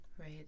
Right